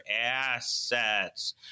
assets